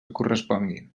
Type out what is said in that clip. corresponguin